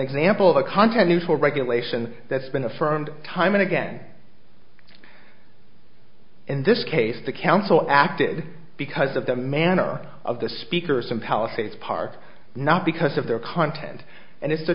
example of a content neutral regulation that's been affirmed time and again in this case the council acted because of the manner of the speaker some paleface part not because of their content and it's